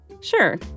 Sure